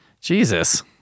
Jesus